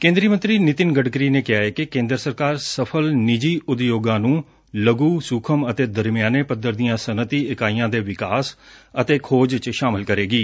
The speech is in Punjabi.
ਕੇਦਰੀ ਮੰਤਰੀ ਨਿਤਿਨ ਗਡਕਰੀ ਨੇ ਕਿਹਾ ਕਿ ਕੇਦਰ ਸਰਕਾਰ ਸਫ਼ਲ ਨਿੱਜੀ ਉਦਯੋਗਾ ਨੂੰ ਲਘੁ ਸੁਖਮ ਅਤੇ ਦਰਮਿਆਨੇ ਪੱਧਰ ਦੀਆਂ ਸਨਅਤੀ ਇਕਾਈਆਂ ਦੇ ਵਿਕਾਸ ਅਤੇ ਖੋਜ ਚ ਸ਼ਾਮਲ ਕਰੇਗੀ